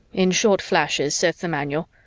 in short flashes, saith the manual.